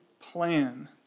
plan